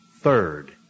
Third